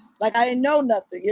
like i didn't know nothing,